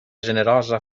generosa